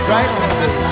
Right